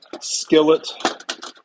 skillet